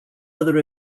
other